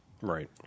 Right